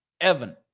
Evan